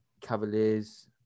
Cavaliers